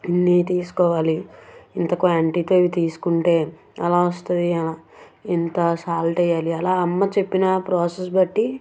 ఇన్ని తీసుకోవాలి ఇంత క్వాంటిటీతో తీసుకుంటే అలా వస్తుంది ఇంత సాల్ట్ వేయాలి అలా అమ్మ చెప్పిన ప్రోసెస్ బట్టి